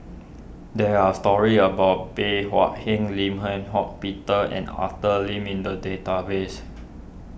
there are stories about Bey Hua Heng Lim Eng Hock Peter and Arthur Lim in the database